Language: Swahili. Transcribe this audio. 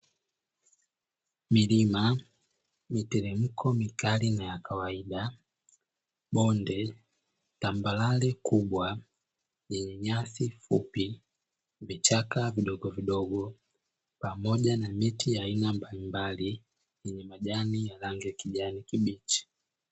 Milima, miteremko mikali na ya kawaida, bonde tambarare kubwa lenye nyasi fupi vichaka vidogovidogo pamoja na miti ya aina mbalimbali yenye majani ya rangi ya kijani kibichi.